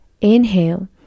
inhale